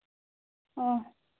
ᱚ